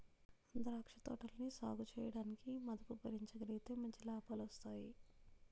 ద్రాక్ష తోటలని సాగుచేయడానికి మదుపు భరించగలిగితే మంచి లాభాలొస్తాయి